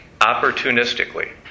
opportunistically